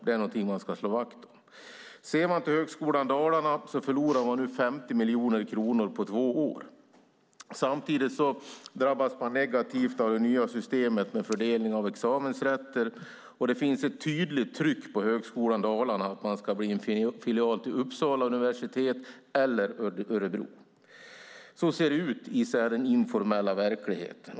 Det är något man ska slå vakt om. Högskolan Dalarna förlorar 50 miljoner kronor på två år. Samtidigt drabbas man negativt av det nya systemet med fördelning av examensrätter, och det finns ett tydligt tryck på Högskolan Dalarna att man ska bli en filial till Uppsala universitet eller Örebro. Så ser det ut i den informella verkligheten.